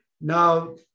Now